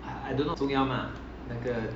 marcia